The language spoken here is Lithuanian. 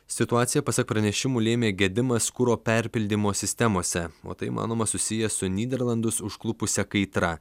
situaciją pasak pranešimų lėmė gedimas kuro perpildymo sistemose o tai manoma susiję su nyderlandus užklupusia kaitra